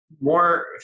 more